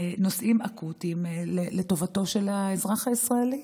נושאים אקוטיים לטובתו של האזרח הישראלי.